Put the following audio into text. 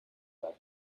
bad